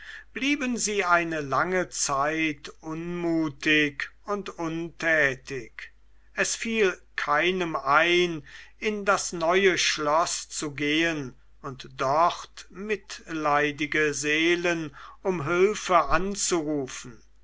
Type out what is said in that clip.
blieben sie eine lange zeit unmutig und untätig es fiel keinem ein in das neue schloß zu gehen und dort mitleidige seelen um hülfe anzurufen